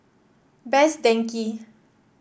Best Denki